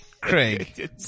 Craig